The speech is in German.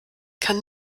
kann